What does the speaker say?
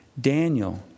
Daniel